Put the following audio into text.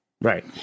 Right